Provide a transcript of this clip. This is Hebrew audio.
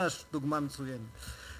ממש דוגמה מצוינת.